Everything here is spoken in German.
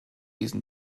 diesen